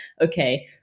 okay